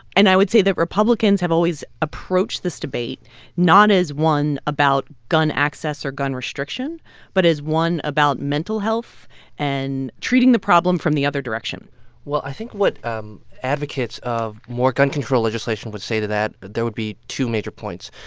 and i would say that republicans have always approached this debate not as one about gun access or gun restriction but as one about mental health and treating the problem from the other direction well, i think what um advocates of more gun control legislation would say to that there would be two major points.